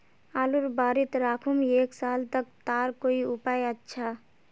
आलूर बारित राखुम एक साल तक तार कोई उपाय अच्छा?